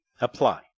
apply